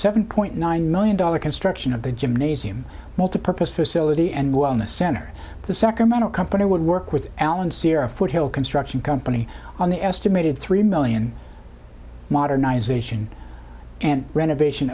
seven point nine million dollars construction of the gymnasium multi purpose facility and wellness center the second man a company would work with allen sierra foothill construction company on the estimated three million modernization and renovation